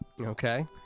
Okay